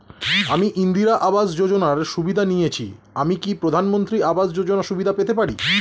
আমি ইন্দিরা আবাস যোজনার সুবিধা নেয়েছি আমি কি প্রধানমন্ত্রী আবাস যোজনা সুবিধা পেতে পারি?